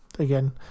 Again